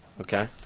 Okay